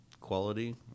quality